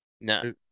No